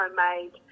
homemade